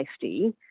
safety